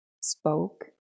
spoke